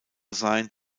sein